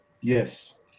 yes